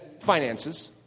Finances